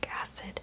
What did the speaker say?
acid